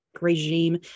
regime